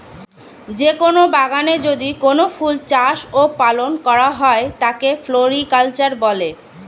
যে কোন বাগানে যদি কোনো ফুল চাষ ও পালন করা হয় তাকে ফ্লোরিকালচার বলে